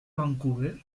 vancouver